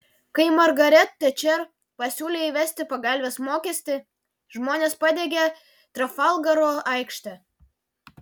kai margaret tečer pasiūlė įvesti pagalvės mokestį žmonės padegė trafalgaro aikštę